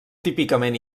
típicament